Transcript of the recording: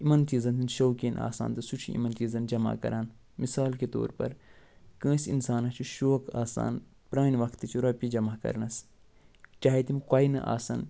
یِمن چیٖزن ہُنٛد شوقیٖن آسان تہٕ سُہ چھُ یِمن چیٖزن جمع کَران مِثال کہِ طور پر کٲنٛسہِ اِنسانس چھُ شوق آسان پرٛانہِ وقتٕچہِ رۄپیہِ جمع کرنس چاہے تِم کۄینہٕ آسن